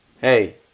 hey